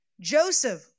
Joseph